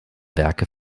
werke